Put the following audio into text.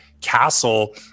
castle